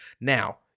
Now